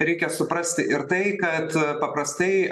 reikia suprasti ir tai kad paprastai